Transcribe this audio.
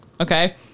Okay